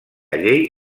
llei